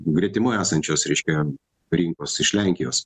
gretimai esančios reiškia rinkos iš lenkijos